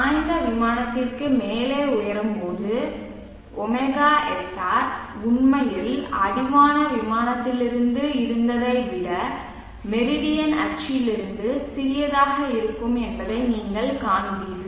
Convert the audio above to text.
சாய்ந்த விமானத்திற்கு மேலே உயரும்போது ωsr உண்மையில் அடிவான விமானத்திலிருந்து இருந்ததை விட மெரிடியன் அச்சிலிருந்து சிறியதாக இருக்கும் என்பதை நீங்கள் காண்பீர்கள்